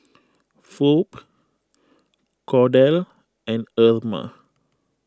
Phoebe Kordell and Irma